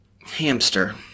Hamster